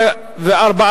הכנסת אברהם מיכאלי נתקבלה.